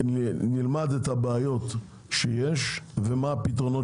נלמד את הבעיות הקיימות ומה הפתרונות